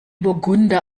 burgunder